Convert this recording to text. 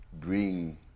bring